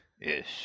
Yes